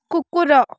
କୁକୁର